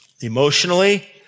emotionally